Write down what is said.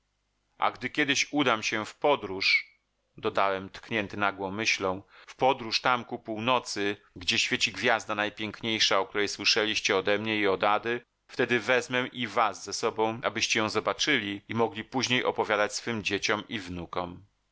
a gdy kiedyś udam się w podróż dodałem tknięty nagłą myślą w podróż tam ku północy gdzie świeci gwiazda najpiękniejsza o której słyszeliście odemnie i od ady wtedy wezmę i was ze sobą abyście ją zobaczyli i mogli później opowiadać swym dzieciom i wnukom